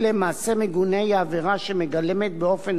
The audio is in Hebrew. באופן נכון יותר את האיום הנשקף לקטין,